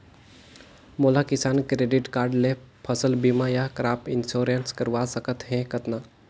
मोला Kisan credit card ले फसल बीमा या क्रॉप इंश्योरेंस करवा सकथ हे कतना?